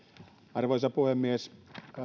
arvoisa puhemies